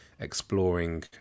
exploring